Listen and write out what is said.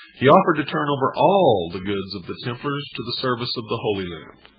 he offered to turn over all the goods of the templars to the service of the holy land,